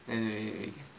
and w~ we